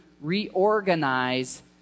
reorganize